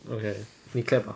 okay 你 clap ah